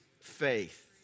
faith